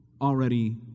already